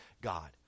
God